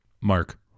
Mark